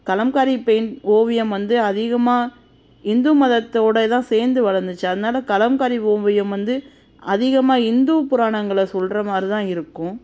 Kalamkari paint ஓவியம் வந்து அதிகமாக இந்து மதத்தோடு தான் சேர்ந்து வளர்ந்துச்சி அதனால் கலம்காரி ஓவியம் வந்து அதிகமாக இந்து புராணங்களில் சொல்கிற மாதிரி தான் இருக்கும்